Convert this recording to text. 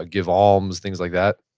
ah give alms, things like that?